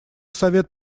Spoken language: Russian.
совет